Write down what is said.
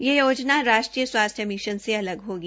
यह योजना राष्ट्रीय स्वास्थ्य मिशन से अलग होगी